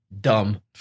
dumb